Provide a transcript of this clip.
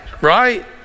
Right